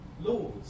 laws